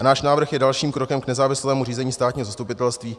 Náš návrh je dalším krokem k nezávislému řízení státního zastupitelství.